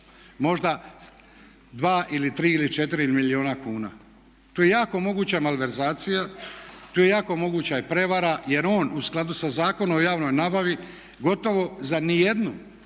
možda 2 ili 3 ili 4 milijuna kuna. Tu je jako moguća malverzacija, tu je jako moguća i prijevara jer on u skladu sa Zakonom o javnoj nabavi gotovo za niti jednu